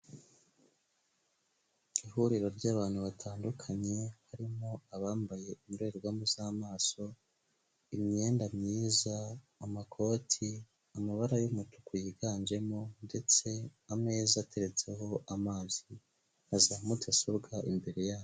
Ihuriro ry'abantu batandukanye, harimo abambaye indorerwamo z'amaso, imyenda myiza, amakoti, amabara y'umutuku yiganjemo ndetse ameza ateretseho amazi na za mudasobwa imbere yabo.